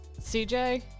CJ